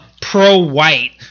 pro-white